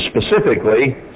specifically